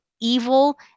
evil